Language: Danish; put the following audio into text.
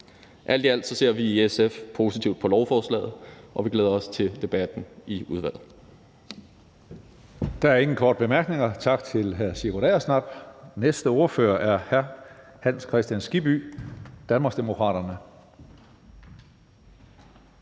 Alt i alt ser vi i SF positivt på lovforslaget, og vi glæder os til debatten i udvalget.